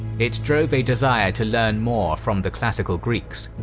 it drove a desire to learn more from the classical greeks.